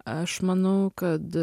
aš manau kad